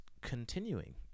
continuing